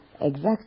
exact